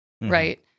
right